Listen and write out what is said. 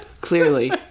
clearly